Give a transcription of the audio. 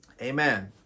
Amen